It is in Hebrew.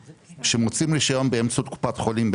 כשמוציאים רשיון באמצעות קופת חולים-